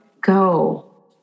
Go